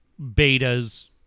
betas